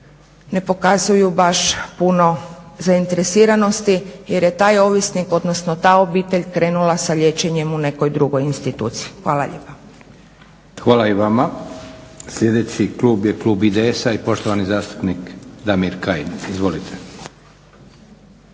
ne pokazuju baš puno zainteresiranosti jer je taj ovisnik, odnosno ta obitelj krenula sa liječenjem u nekoj drugoj instituciji. Hvala lijepa. **Leko, Josip (SDP)** Hvala i vama. Sljedeći klub je klub IDS-a i poštovani zastupnik Damir Kajin. Izvolite.